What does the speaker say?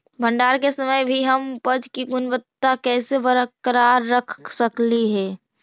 भंडारण के समय भी हम उपज की गुणवत्ता कैसे बरकरार रख सकली हे?